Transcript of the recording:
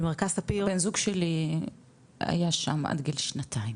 במרכז ספיר בן זוג שלי היה שם עד גיל שנתיים.